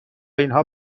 اینها